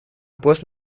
вопрос